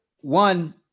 one